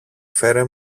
φέρε